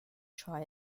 try